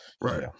right